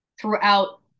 throughout